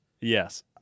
yes